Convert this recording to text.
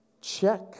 check